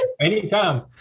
Anytime